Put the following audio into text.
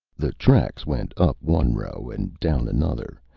the tracks went up one row and down another,